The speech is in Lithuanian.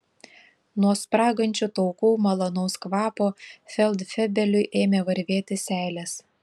nuo spragančių taukų malonaus kvapo feldfebeliui ėmė varvėti seilės